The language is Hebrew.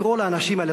לקרוא לאנשים האלה,